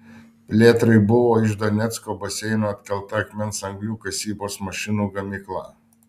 plėtrai buvo iš donecko baseino atkelta akmens anglių kasybos mašinų gamykla